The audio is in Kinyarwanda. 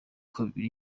kabiri